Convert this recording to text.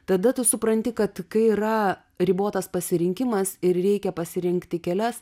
tada tu supranti kad kai yra ribotas pasirinkimas ir reikia pasirinkti kelias